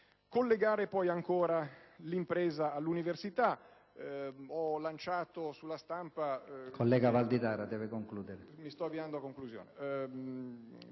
Collegare poi ancora l'impresa all'università.